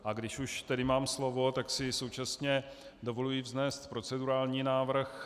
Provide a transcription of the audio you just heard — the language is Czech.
A když už tedy mám slovo, tak si současně dovoluji vznést procedurální návrh.